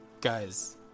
Guys